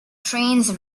trains